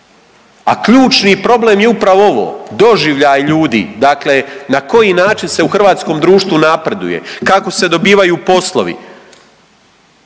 a ključni problem je upravo ovo – doživljaj ljudi. dakle, na koji način se u hrvatskom društvu napreduje, kako se dobivaju poslovi.